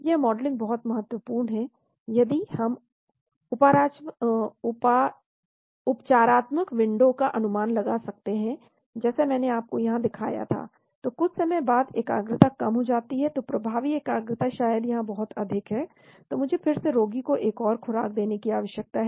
यह मॉडलिंग बहुत महत्वपूर्ण है क्योंकि हम उपचारात्मक विंडो का अनुमान लगा सकते हैं जैसे मैंने आपको यहां दिखाया था तो कुछ समय बाद एकाग्रता कम हो जाती है तो प्रभावी एकाग्रता शायद यहां बहुत अधिक है तो मुझे फिर से रोगी को एक और खुराक देने की आवश्यकता है